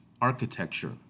architecture